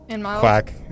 quack